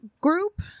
group